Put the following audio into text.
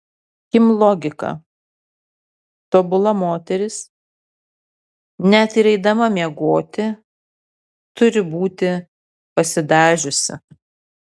kim logika tobula moteris net ir eidama miegoti turi būti pasidažiusi